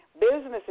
businesses